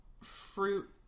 fruit